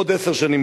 עוד עשר שנים,